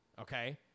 Okay